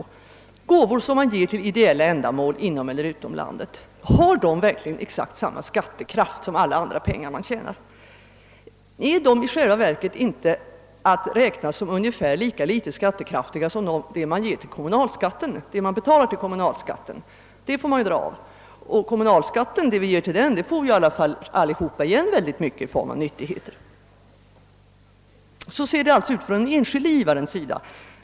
Har gåvor som man ger till ideella ändamål inom eller utom landet verkligen samma skattekraft som andra pengar man tjänar? Är de i själva verket inte att räkna som ungefär lika litet skattekraftiga som de pengar man betalar till kommunalskatten? De pengarna får vi ju dra av och av dem får vi ändå allesammans igen mycket i form av nyttigheter. Så ser det alltså ut från den enskilde givarens sida.